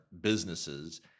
businesses